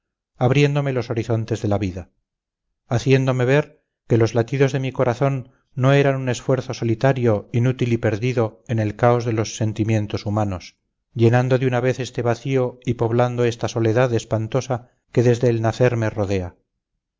abriéndome los horizontes de la vida haciéndome ver que los latidos de mi corazón no eran un esfuerzo solitario inútil y perdido en el caos de los sentimientos humanos llenando de una vez este vacío y poblando esta soledad espantosa que desde el nacer me rodea